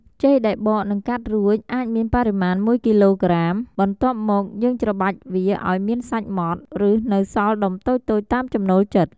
ចេកដែលបក និងកាត់រួចអាចមានបរិមាណ១គីឡូក្រាមក្រាម បន្ទាប់មកយើងច្របាច់វាឱ្យមានសាច់ម៉ដ្ឋ ឬនៅសល់ដុំតូចៗតាមចំណូលចិត្ត។